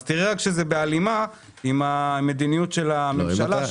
אז תראה שזה בהלימה עם המדיניות של הממשלה,